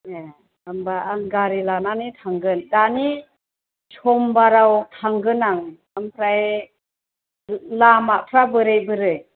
ए होम्बा आं गारि लानानै थांगोन दानि समबाराव थांगोन आं ओमफ्राय लामाफ्रा बोरै बोरै